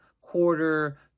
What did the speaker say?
quarter